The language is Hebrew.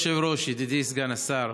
אדוני היושב-ראש, ידידי סגן השר,